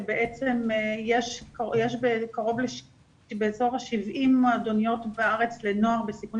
כשבעצם יש באזור ה-70 מועדוניות בארץ לנוער בסיכון.